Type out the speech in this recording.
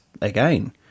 again